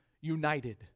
United